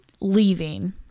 leaving